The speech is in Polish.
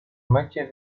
mycie